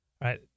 right